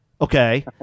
okay